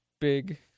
big